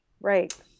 Right